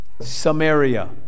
Samaria